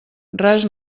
res